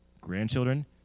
grandchildren